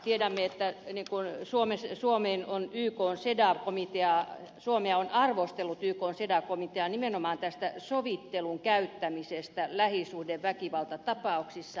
tiedämme että ennen kuin suomi se suomeen on yk on sedan komitea suomea on arvostellut ykn cedaw komitea nimenomaan tästä sovittelun käyttämisestä lähisuhdeväkivaltatapauksissa